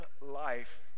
life